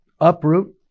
uproot